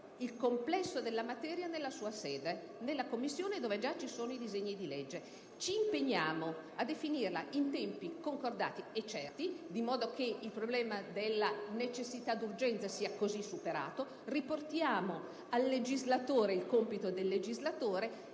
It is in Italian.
il complesso della materia nella sua sede, nella Commissione, dove già sono i disegni di legge; ci impegniamo a definirla in tempi concordati e certi, di modo che il problema della necessità ed urgenza sia così superato; riportiamo al legislatore il compito del legislatore